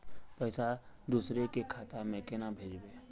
पैसा दूसरे के खाता में केना भेजबे?